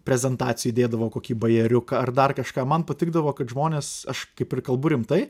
prezentacijoj įdėdavau kokį bajeriuką ar dar kažką man patikdavo kad žmonės aš kaip ir kalbu rimtai